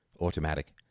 automatic